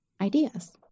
ideas